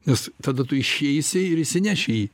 nes tada tu išeisi ir išsineši jį